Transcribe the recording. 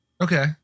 Okay